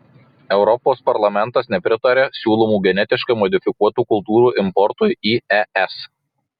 europos parlamentas nepritaria siūlomų genetiškai modifikuotų kultūrų importui į es